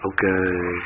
Okay